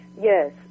Yes